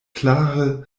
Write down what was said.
klare